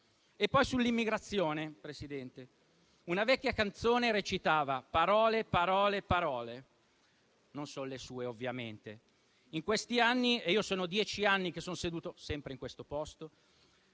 Sull'immigrazione, Presidente, una vecchia canzone recitava: «Parole, parole, parole». Non sono le sue, ovviamente. In questi anni - e io da dieci anni sono seduto sempre in questo posto